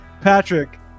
Patrick